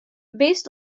based